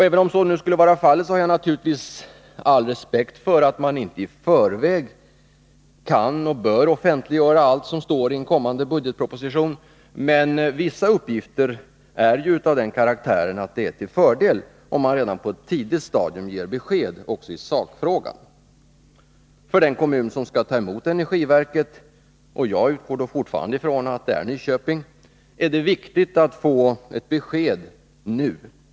Även om så nu skulle vara fallet har jag naturligtvis all respekt för att man inte i förväg kan och bör offentliggöra allt som står i en kommande budgetproposition, men vissa uppgifter är ju av den karaktären att det är till fördel om man redan på ett tidigt stadium ger besked också i sakfrågan. För den kommun som skall ta emot energiverket — jag utgår fortfarande ifrån att det är Nyköping — är det viktigt att få ett besked nu.